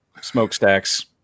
Smokestacks